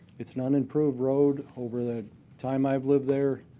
it's an unimproved road. over the time. i've lived there,